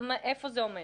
איפה זה עומד?